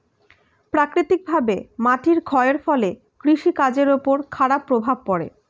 প্রাকৃতিকভাবে মাটির ক্ষয়ের ফলে কৃষি কাজের উপর খারাপ প্রভাব পড়ে